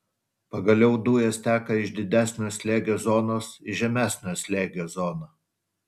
pagaliau dujos teka iš didesnio slėgio zonos į žemesnio slėgio zoną